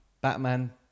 Batman